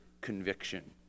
conviction